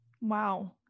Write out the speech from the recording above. Wow